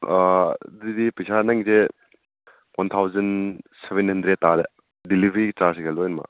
ꯑꯥ ꯑꯗꯨꯗꯤ ꯄꯩꯁꯥ ꯅꯪꯒꯤꯁꯦ ꯋꯥꯟ ꯊꯥꯎꯖꯟ ꯁꯕꯦꯟ ꯍꯟꯗ꯭ꯔꯦꯠ ꯇꯥꯔꯦ ꯗꯤꯂꯤꯕ꯭ꯔꯤ ꯆꯥꯔꯖꯀ ꯂꯣꯏꯅꯃꯛ